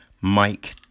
Mike